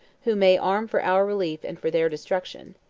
who may arm for our relief and for their destruction.